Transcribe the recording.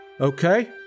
Okay